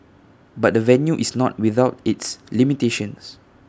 but the venue is not without its limitations